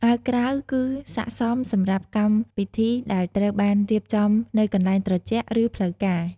អាវក្រៅគឺស័ក្តិសមសម្រាប់កម្មពិធីដែលត្រូវបានរៀបចំនៅកន្លែងត្រជាក់ ឬផ្លូវការ។